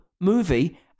movie